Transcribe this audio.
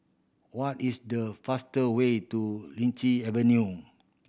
what is the faster way to Lichi Avenue